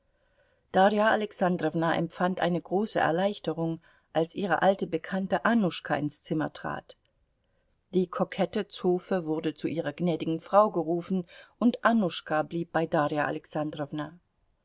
darja alexandrowna empfand eine große erleichterung als ihre alte bekannte annuschka ins zimmer trat die kokette zofe wurde zu ihrer gnädigen frau gerufen und annuschka blieb bei darja alexandrowna